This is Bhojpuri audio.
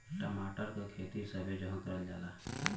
टमाटर क खेती सबे जगह करल जाला